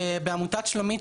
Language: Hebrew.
בעמותת שלומית,